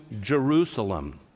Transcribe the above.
Jerusalem